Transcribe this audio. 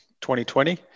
2020